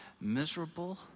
miserable